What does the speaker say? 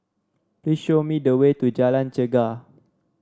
please show me the way to Jalan Chegar